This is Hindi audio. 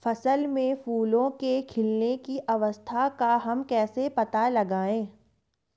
फसल में फूलों के खिलने की अवस्था का हम कैसे पता लगाएं?